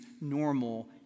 normal